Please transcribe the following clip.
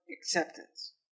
acceptance